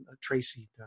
Tracy